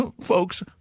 folks